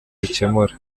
dukemura